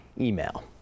email